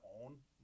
own